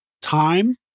time